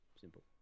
Simple